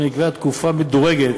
ונקבעה תקופה מדורגת